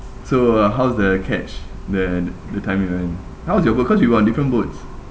so how's the catch then that time we went how was your boat cause we were on different boats